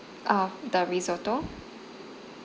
oh the risotto